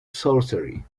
sorcery